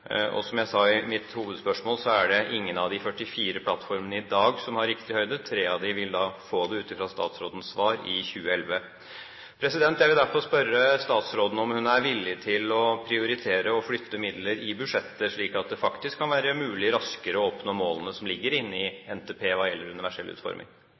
Som jeg sa i mitt hovedspørsmål, er det ingen av de 44 plattformene i dag som har riktig høyde. Tre av dem vil få det – ut fra statsrådens svar – i 2011. Jeg vil derfor spørre statsråden om hun er villig til å prioritere å flytte midler i budsjettet, slik at det kan være mulig raskere å oppnå målene som ligger inne i NTP hva gjelder universell utforming.